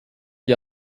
die